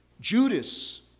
Judas